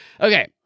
Okay